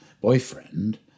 boyfriend